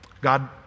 God